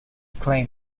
claim